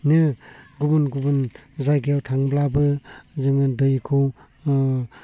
गुबुन गुबुन जायगायाव थांब्लाबो जोङो दैखौ